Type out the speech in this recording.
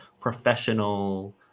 professional